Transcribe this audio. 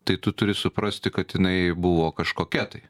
tai tu turi suprasti kad jinai buvo kažkokia tai